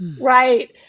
right